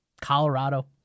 Colorado